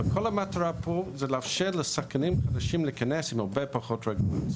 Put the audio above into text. וכל המטרה פה היא לאפשר לשחקנים חדשים להיכנס עם הרבה פחות רגולציה.